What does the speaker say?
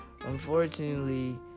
unfortunately